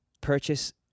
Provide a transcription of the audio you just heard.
purchase